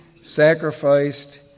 sacrificed